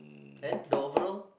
then the overall